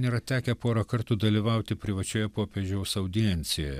yra tekę porą kartų dalyvauti privačioje popiežiaus audiencijoje